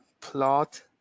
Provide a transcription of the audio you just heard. plot